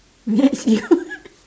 that's you